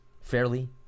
fairly